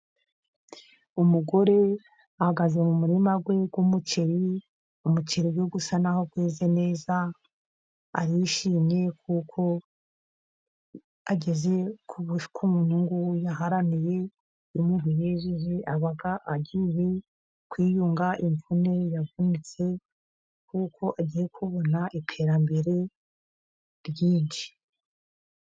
Umugore ahagaze mu murima we w'umuceri. Umuceri nubwo usa naho uteze neza arishimye kuko ageze ku inyungu yaharaniye mu mibereho ye. Akaba agiye kwiyunga imvune yavunitse kuko agiye kubona iterambere ryinshi.